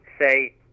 say